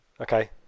Okay